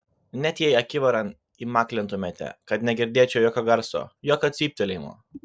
net jei akivaran įmaklintumėte kad negirdėčiau jokio garso jokio cyptelėjimo